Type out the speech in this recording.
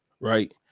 right